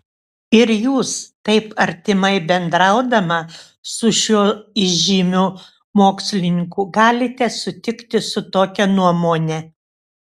ir jūs taip artimai bendraudama su šiuo įžymiu mokslininku galite sutikti su tokia nuomone